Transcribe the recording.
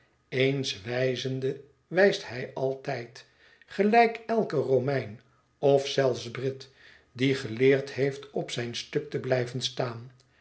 eens wijzende wijst hij altijd gelijk elke romein of zelfs brit die geleerd heeft op zijn stuk te blijven staan